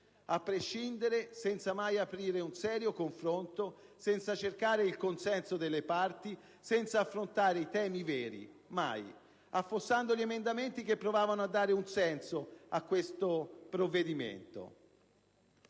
a prescindere, senza mai aprire un serio confronto, senza cercare il consenso delle parti, senza affrontare i temi veri, mai, affossando gli emendamenti che provavano a dare un senso a questo provvedimento.